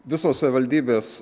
visos savivaldybės